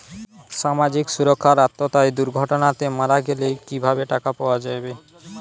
সামাজিক সুরক্ষার আওতায় দুর্ঘটনাতে মারা গেলে কিভাবে টাকা পাওয়া যাবে?